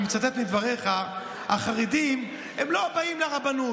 אני מצטט מדבריך: החרדים לא באים לרבנות.